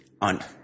on